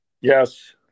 Yes